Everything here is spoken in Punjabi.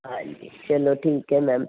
ਹਾਂਜੀ ਚਲੋ ਠੀਕ ਹੈ ਮੈਮ